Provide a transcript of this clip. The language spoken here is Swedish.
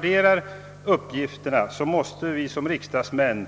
När uppgifterna värderas måste vi som riksdagsmän